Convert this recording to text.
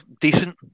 decent